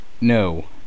No